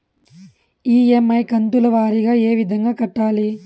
EMI కంతుల వారీగా ఏ విధంగా కట్టాలి